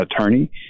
attorney